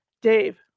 Dave